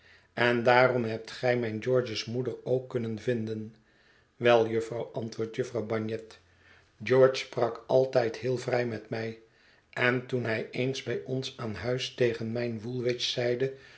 en daarom hebt gij mijn george's moeder ook kunnen vinden wel jufvrouw antwoordt jufvrouw bagnet george sprak altijd heel vrij met mij en toen hij eens bij ons aan huis tegen mijn woolwich zeide